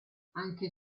anche